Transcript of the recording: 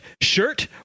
shirt